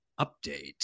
update